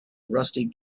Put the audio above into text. rusty